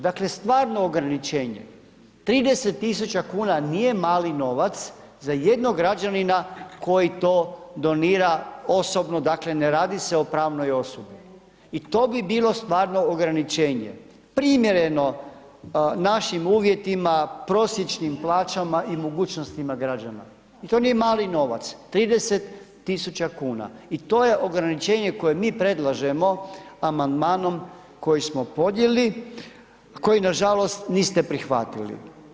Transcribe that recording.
Dakle stvarno ograničenje, 30 000 kuna nije mali novac za jednog građanina koji to donira osobno, dakle ne radi se o pravnoj osobi i to bi bilo stvarno ograničenje, primjereno našim uvjetima, prosječnim plaćama i mogućnostima građana i to nije mali novac, 30 000 kuna i to je ograničenje koje mi predlažemo amandmanom koji smo podnijeli, koji nažalost niste prihvatili.